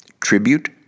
tribute